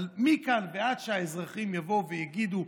אבל מכאן ועד שהאזרחים יבוא ויגידו: